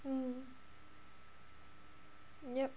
mm yup